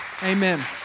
Amen